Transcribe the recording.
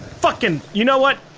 fucking you know what?